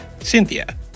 Cynthia